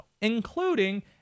including